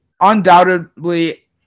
undoubtedly